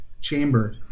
chamber